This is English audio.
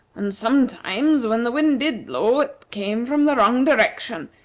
and sometimes, when the wind did blow, it came from the wrong direction,